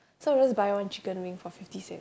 so we just buy one chicken wing for fifty cent